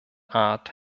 art